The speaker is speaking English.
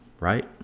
right